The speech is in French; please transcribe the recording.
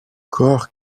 corps